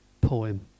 poem